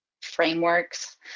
frameworks